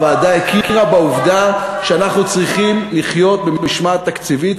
הוועדה הכירה בעובדה שאנחנו צריכים לחיות במשמעת תקציבית,